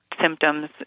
symptoms